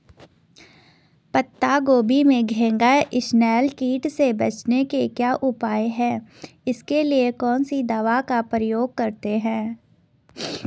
पत्ता गोभी में घैंघा इसनैल कीट से बचने के क्या उपाय हैं इसके लिए कौन सी दवा का प्रयोग करते हैं?